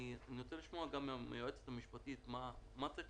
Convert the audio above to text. אני רוצה לשמוע מהיועצת המשפטית מה צריך